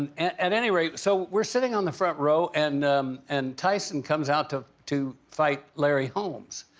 and at any rate, so we're sitting on the front row. and and tyson comes out to to fight larry holmes.